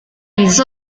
les